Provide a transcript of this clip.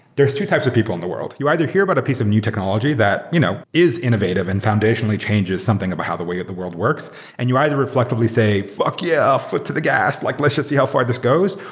there're two types of people in the world. you either hear about a piece of new technology that you know is innovative and foundational changes something about how the way the world works and you either reflexively say, fuck, yeah! foot to the gas. like let's just see how far this goes,